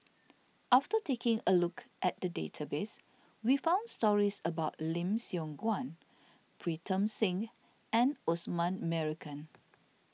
after taking a look at the database we found stories about Lim Siong Guan Pritam Singh and Osman Merican